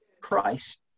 Christ